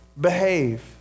behave